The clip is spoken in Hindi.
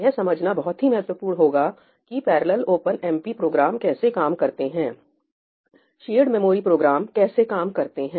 यह समझना बहुत ही महत्वपूर्ण होगा की पैरेलल ओपनएमपी प्रोग्राम कैसे काम करते हैं शेयर्ड मेमोरी प्रोग्राम कैसे काम करते हैं